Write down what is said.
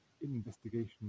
investigation